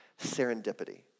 serendipity